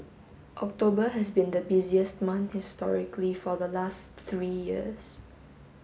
October has been the busiest month historically for the last three years